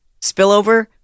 spillover